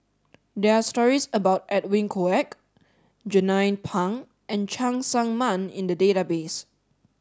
there are stories about Edwin Koek Jernnine Pang and Cheng Tsang Man in the database